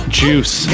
juice